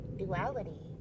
duality